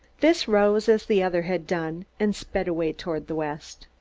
this rose, as the other had done, and sped away toward the west.